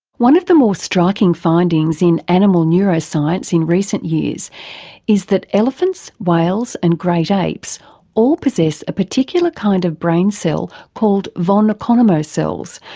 one of the more striking findings in animal neuroscience in recent years is that elephants, whales and great apes all possess a particular kind of brain cell called von economo cells,